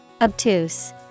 obtuse